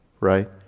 right